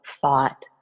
thought